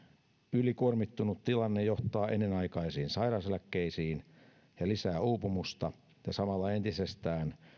ylikuormittunut tilanne johtaa ennenaikaisiin sairauseläkkeisiin lisää uupumusta ja samalla entisestään